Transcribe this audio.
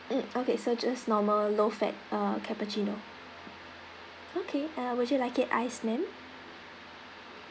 mm okay such just normal low fat uh cappuccino okay uh would you like it iced ma'am